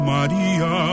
Maria